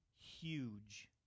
huge